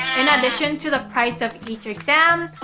in addition to the price of each exam,